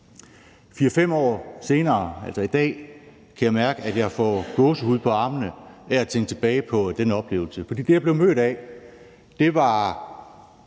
4-5 år senere, altså i dag, kan jeg mærke, at jeg får gåsehud på armene af at tænke tilbage på den oplevelse. For det, jeg blev mødt af, var